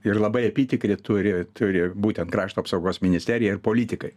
ir labai apytikrį turi turi būtent krašto apsaugos ministerija ir politikai